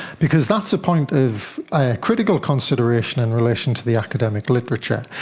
because that's a point of critical consideration in relation to the academic literature.